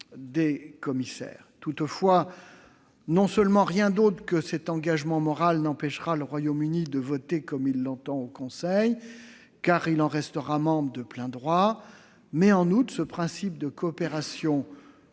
Toutefois, rien d'autre que cet engagement moral n'empêchera le Royaume-Uni de voter comme il l'entend au Conseil, car il en restera membre de plein droit. En outre, ce principe de coopération loyale